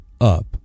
up